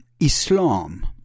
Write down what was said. Islam